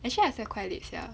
actually I slept quite late sia